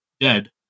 dead